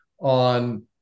on